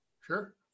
Sure